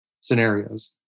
scenarios